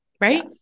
Right